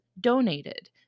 donated